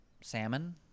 salmon